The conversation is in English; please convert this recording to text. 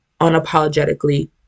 unapologetically